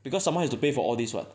because someone has to pay for all this [what]